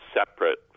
separate